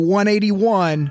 181